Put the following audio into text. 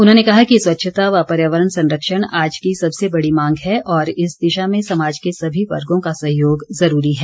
उन्होंने कहा कि स्वच्छता व पर्यावरण संरक्षण आज की सबसे बड़ी मांग है और इस दिशा में समाज के सभी वर्गों का सहयोग जरूरी है